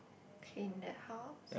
clean their house